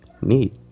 Neat